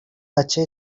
بچه